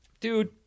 Dude